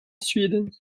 sweden